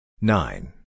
nine